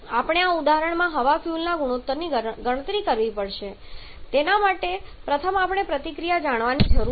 તેથી આપણે આ ઉદાહરણમાં હવા ફ્યુઅલના ગુણોત્તરની ગણતરી કરવી પડશે તેના માટે પ્રથમ આપણે પ્રતિક્રિયા જાણવાની જરૂર છે